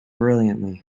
brilliantly